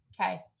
Okay